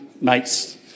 mates